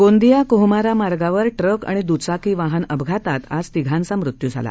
गोंदिया कोहमारा मार्गावर ट्रक आणि दुचाकी वाहनअपघातात आज तिघांचा मृत्यू झाला